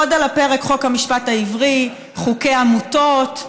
עוד על הפרק: חוק המשפט העברי, חוקי עמותות,